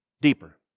deeper